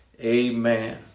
amen